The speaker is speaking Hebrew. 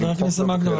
חבר הכנסת מקלב,